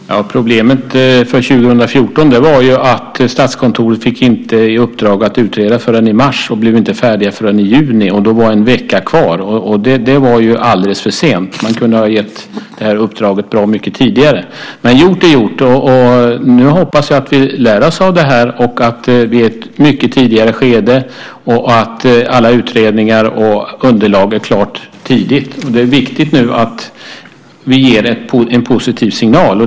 Fru talman! Problemet för 2014 var att Statskontoret inte fick uppdraget att utreda förrän i mars. De blev inte färdiga förrän i juni. Då var det en vecka kvar. Det var ju alldeles för sent. Man kunde ha gett uppdraget mycket tidigare. Gjort är gjort. Jag hoppas att vi lär oss av det och att vi är ute i ett mycket tidigare skede och att alla utredningar och underlag är klara tidigt. Det är viktigt att vi ger en positiv signal.